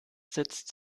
sitzt